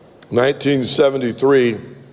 1973